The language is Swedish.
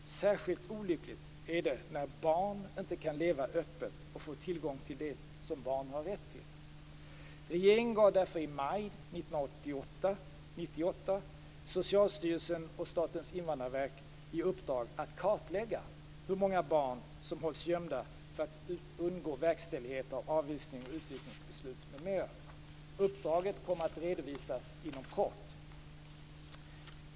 Särskilt olyckligt är det när barn inte kan leva öppet och få tillgång till det som barn har rätt till. Regeringen gav därför i maj 1998 Socialstyrelsen och Statens invandrarverk i uppdrag att kartlägga hur många barn som hålls gömda för att undgå verkställighet av avvisnings eller utvisningsbeslut m.m. Uppdraget kommer att redovisas inom kort.